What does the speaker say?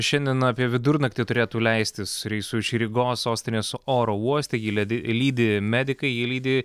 šiandien apie vidurnaktį turėtų leistis reisu iš rygos sostinės oro uoste jį ledi lydi medikai jį lydi